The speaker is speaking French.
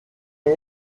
une